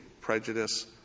prejudice